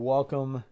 Welcome